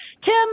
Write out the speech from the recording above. Tim